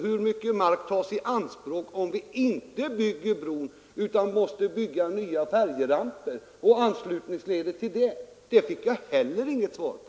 Hur mycket mark tas i anspråk om vi inte bygger bron utan måste bygga nya färjeramper och anslutningsleder till dem? Det fick jag heller icke något svar på.